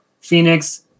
Phoenix